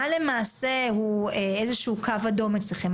מה למעשה הוא איזה שהוא קו אדום אצלכם.